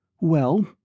Well